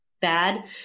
bad